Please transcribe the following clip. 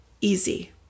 easy